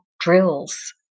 drills